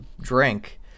drink